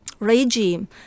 Regime